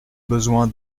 besoin